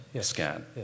scan